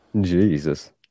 Jesus